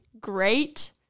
great